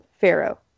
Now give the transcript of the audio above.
Pharaoh